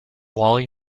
wally